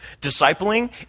discipling